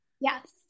Yes